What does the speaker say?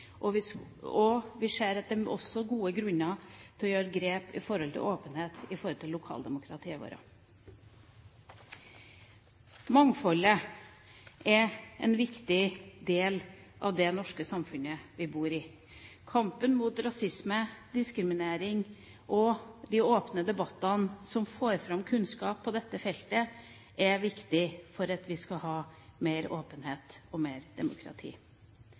Vi ser også at det er gode grunner til å gjøre grep når det gjelder åpenhet i lokaldemokratiene våre. Mangfoldet er en viktig del av det norske samfunnet som vi bor i. Kampen mot rasisme og diskriminering og de åpne debattene som får fram kunnskap på dette feltet, er viktig for at vi skal få mer åpenhet og mer demokrati.